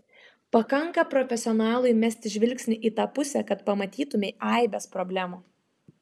pakanka profesionalui mesti žvilgsnį į tą pusę kad pamatytumei aibes problemų